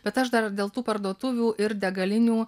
bet aš dar dėl tų parduotuvių ir degalinių